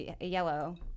yellow